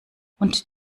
und